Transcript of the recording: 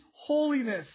holiness